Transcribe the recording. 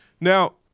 Now